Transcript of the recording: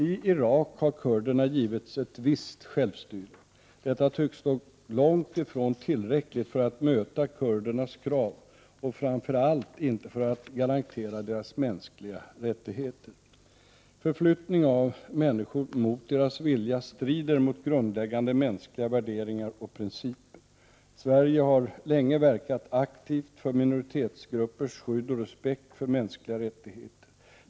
I Irak har kurderna givits ett visst självstyre. Detta tycks dock långtifrån tillräckligt för att möta kurdernas krav, och framför allt inte för att garantera deras mänskliga rättigheter. Förflyttning av människor mot deras vilja strider mot grundläggande mänskliga värderingar och principer. Sverige har länge verkat aktivt för minoritetsgruppers skydd och respekt för mänskliga rättigheter.